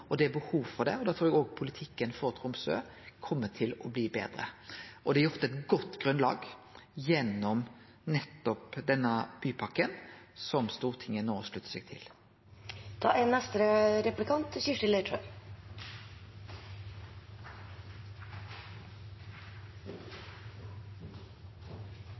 og det er behov for det. Da trur eg òg politikken for Tromsø kjem til å bli betre. Det er lagt eit godt grunnlag gjennom nettopp denne bypakka, som Stortinget no sluttar seg til. Jeg tror Tromsø er